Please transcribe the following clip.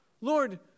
Lord